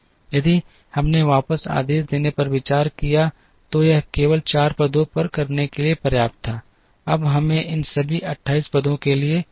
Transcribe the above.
यदि हमने वापस आदेश देने पर विचार किया तो यह केवल 4 पदों पर करने के लिए पर्याप्त था अब हमें इसे सभी 28 पदों के लिए करना है